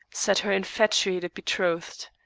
said her infatuated betrothed.